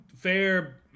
fair